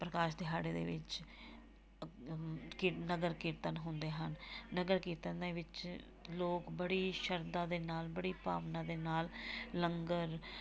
ਪ੍ਰਕਾਸ਼ ਦਿਹਾੜੇ ਦੇ ਵਿੱਚ ਕਿਨ ਨਗਰ ਕੀਰਤਨ ਹੁੰਦੇ ਹਨ ਨਗਰ ਕੀਰਤਨ ਦੇ ਵਿੱਚ ਲੋਕ ਬੜੀ ਸ਼ਰਧਾ ਦੇ ਨਾਲ ਬੜੀ ਭਾਵਨਾ ਦੇ ਨਾਲ ਲੰਗਰ